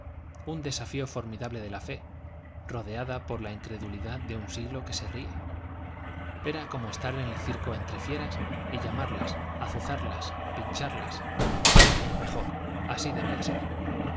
un desafío formidable de la fe rodeada por la incredulidad de un siglo que se ríe era como estar en el circo entre fieras y llamarlas azuzarlas pincharlas mejor así debía ser